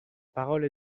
parole